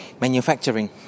manufacturing